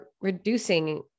reducing